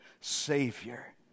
Savior